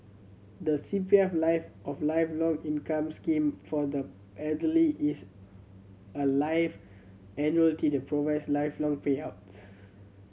the C P F Life of Lifelong Income Scheme for the Elderly is a life annuity that provides lifelong payouts